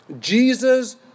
Jesus